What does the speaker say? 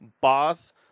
Boss